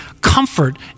comfort